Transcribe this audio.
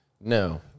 no